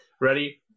ready